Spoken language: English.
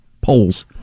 polls